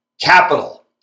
Capital